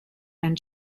and